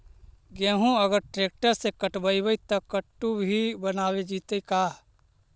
गेहूं अगर ट्रैक्टर से कटबइबै तब कटु भी बनाबे जितै का?